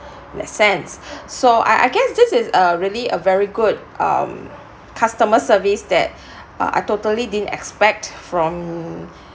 in that sense so I I guess this is a really a very good um customer service that uh I totally didn't expect from